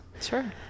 Sure